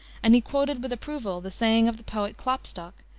and he quoted with approval the saying of the poet klopstock,